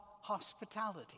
hospitality